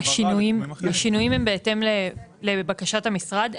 השינויים הם בהתאם לבקשת המשרד,